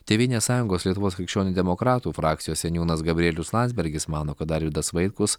tėvynės sąjungos lietuvos krikščionių demokratų frakcijos seniūnas gabrielius landsbergis mano kad arvydas vaitkus